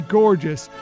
gorgeous